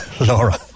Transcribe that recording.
Laura